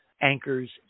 anchors